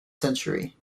century